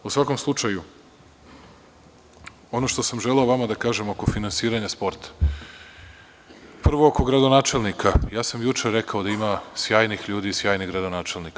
U svakom slučaju, ono što sam želeo vama da kažem oko finansiranja sporta, prvo oko gradonačelnika, ja sam juče rekao da ima sjajnih ljudi i sjajnih gradonačelnika.